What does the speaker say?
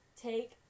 take